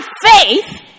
faith